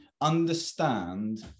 understand